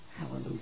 Hallelujah